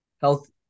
Health